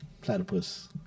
Platypus